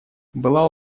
была